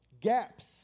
gaps